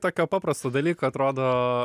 tokio paprasto dalyko atrodo